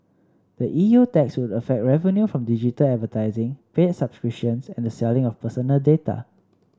the E U tax would affect revenue from digital advertising paid subscriptions and the selling of personal data